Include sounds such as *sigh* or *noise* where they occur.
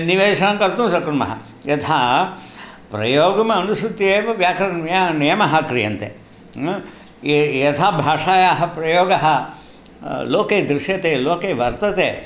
निवेशं कर्तुं शक्नुमः यथा प्रयोगमनुसृत्य एव व्याकरणनियमः *unintelligible* क्रियन्ते ये यथा भाषायाः प्रयोगः लोके दृश्यते लोके वर्तते